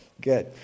good